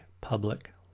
public